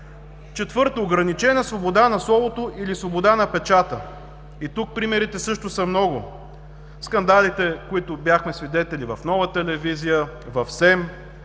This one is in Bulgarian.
Четвърто, ограничена свобода на словото или свобода на печата. Тук примерите също са много – скандалите, на които бяхме свидетели в „Нова телевизия“, в СЕМ,